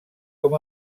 com